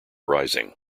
rising